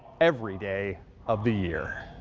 every day of the year.